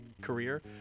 career